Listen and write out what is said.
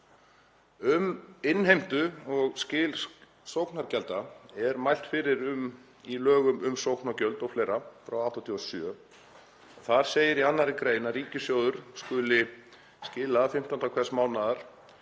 Um innheimtu og skil sóknargjalda er mælt fyrir í lögum um sóknargjöld o.fl., nr. 91/1987. Þar segir í 2. gr. að ríkissjóður skuli skila 15. hvers mánaðar,